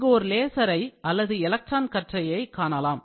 இங்கு ஒரு லேசரை அல்லது எலக்ட்ரான் கற்றையை காணலாம்